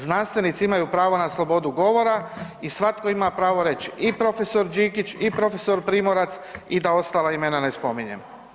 Znanstvenici imaju pravo na slobodu govora i svatko ima pravo reći i prof. Đikić, i prof. Primorac i da ostala imena ne spominjem.